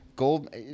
gold